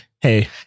Hey